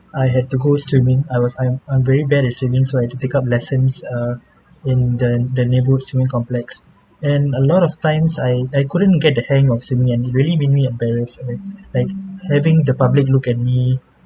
I had to go swimming I was I'm I'm very bad at swimming so I have to take up lessons uh in the the neighbourhood swimming complex and a lot of times I I couldn't get the hang of swimming and it really made me embarrassed like having the public look at me